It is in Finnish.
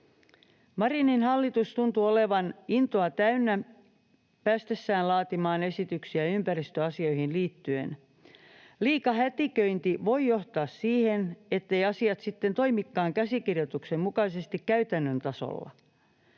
Marinin hallitus tuntuu olevan intoa täynnä päästessään laatimaan esityksiä ympäristöasioihin liittyen. Liika hätiköinti voi johtaa siihen, etteivät asiat sitten toimikaan käsikirjoituksen mukaisesti käytännön tasolla.